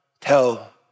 tell